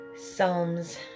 Psalms